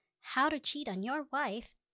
how-to-cheat-on-your-wife